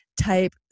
type